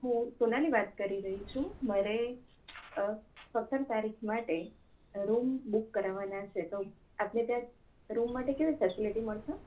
હું સોનાલી વાત કરી રહી છું મારે મારે સત્તર તારીખ માટે રૂમ બુક કરાવવાના છે તો આપણે ત્યાં રૂમ માટે કેવી ફેશિલિટી મળશે